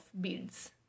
beads